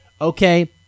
Okay